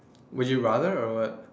would you rather or what